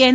N